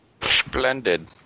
Splendid